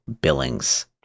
Billings